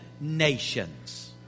nations